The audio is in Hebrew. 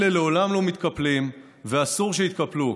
אלה לעולם לא מתקפלים, ואסור שיתקפלו.